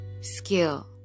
skill